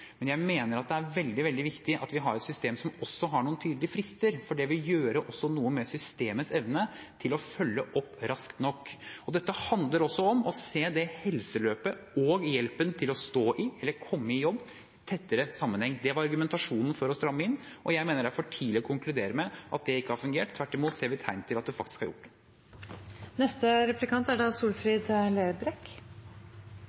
men jeg mener det er veldig, veldig viktig at vi har et system som også har noen tydelige frister, for det vil gjøre noe med systemets evne til å følge opp raskt nok. Dette handler også om å se helseløpet og hjelpen til å stå i eller å komme i jobb, i en tettere sammenheng. Det var argumentasjonen for å stramme inn, og jeg mener det er for tidlig å konkludere med at det ikke har fungert. Tvert imot ser vi tegn til at det faktisk har gjort det.